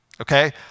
okay